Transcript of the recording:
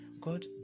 god